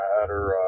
matter